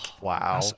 Wow